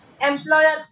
employer